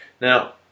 Now